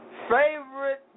Favorite